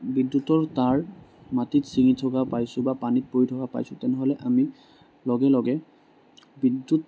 বিদ্যুতৰ তাঁৰ মাটিত চিঙি থকা পাইছোঁ বা পানীত পৰি থকা পাইছোঁ তেনেহ'লে আমি লগে লগে বিদ্যুৎ